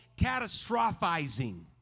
catastrophizing